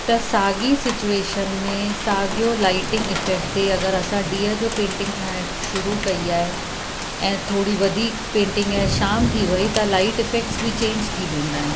त साॻी सिचेउशन में साॻियो लाइटिंग इफैक्ट ते अगरि असां डींहं जो पेंटिंग ठाहिणु शुरू कई आहे ऐं थोरी वधीक पेंटिंग ऐं शाम थी वई त लाइट इफैक्ट्स बि चेंज थी वेंदा आहिनि